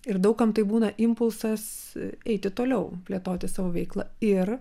ir daug kam tai būna impulsas eiti toliau plėtoti savo veiklą ir